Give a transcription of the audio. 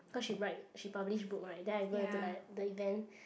cause she write she publish book right then I go into like the event